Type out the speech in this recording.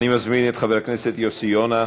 אני מזמין את חבר הכנסת יוסי יונה,